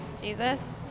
Jesus